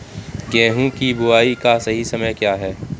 गेहूँ की बुआई का सही समय क्या है?